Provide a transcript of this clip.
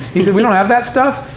he said, we don't have that stuff?